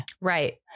Right